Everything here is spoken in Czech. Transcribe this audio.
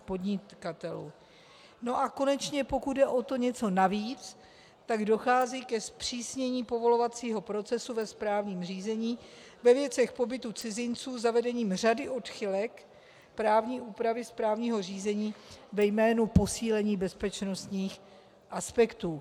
A konečně, pokud jde o to něco navíc, dochází ke zpřísnění povolovacího procesu ve správním řízení ve věcech pobytu cizinců zavedením řady odchylek právní úpravy správního řízení ve jménu posílení bezpečnostních aspektů.